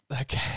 Okay